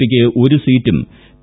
പിക്ക് ഒരു സീറ്റും പി